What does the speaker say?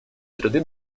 среды